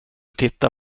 titta